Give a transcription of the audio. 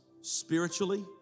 spiritually